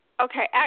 Okay